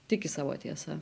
tiki savo tiesa